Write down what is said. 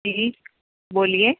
جی جی بولئے